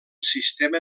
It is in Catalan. sistema